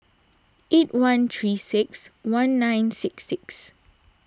eight one three six one nine six six